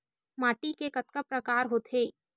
माटी के कतका प्रकार होथे?